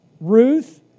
Ruth